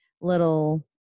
little